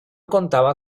contaba